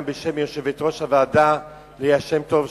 גם בשם יושבת-ראש הוועדה ליה שמטוב,